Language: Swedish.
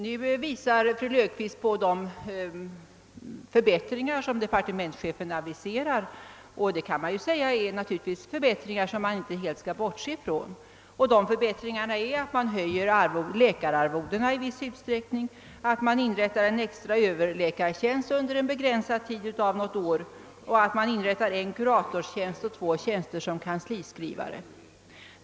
Nu visar fru Löfqvist på de förbättringar som departementschefen aviserar. Och naturligtvis är det förbättringar som vi inte helt skall bortse från. De innebär att läkararvodena höjs i viss utsträckning, att en extra öÖöverläkartjänst inrättas under begränsad tid — något år — och att en kuratorstjänst och två tjänster som kansliskrivare inrättas.